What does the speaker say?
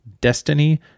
Destiny